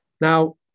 Now